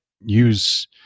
use